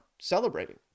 celebrating